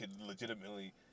legitimately